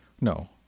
No